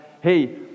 hey